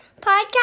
podcast